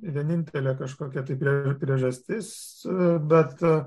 vienintelė kažkokia tai priežastis bet